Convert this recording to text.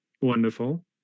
Wonderful